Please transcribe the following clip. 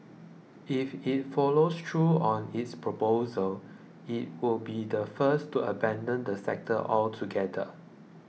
if it follows through on its proposal it would be the first to abandon the sector altogether